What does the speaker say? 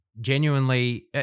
genuinely